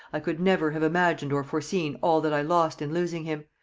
i could never have imagined or foreseen all that i lost in losing him.